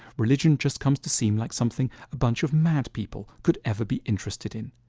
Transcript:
religion just comes to seem like something a bunch of mad people could ever be interested in.